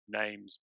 names